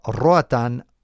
roatan